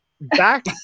Back